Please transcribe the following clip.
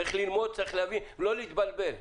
צריך להבין ולא להתבלבל.